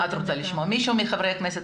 מישהו מחברי הכנסת?